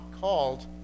called